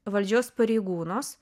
valdžios pareigūnus